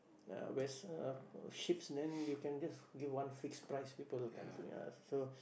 uh vessel ships then you can just give one fixed price people will come to so